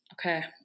okay